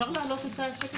אני מבקשת להעלות את השקף